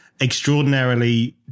extraordinarily